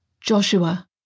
Joshua